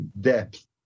depth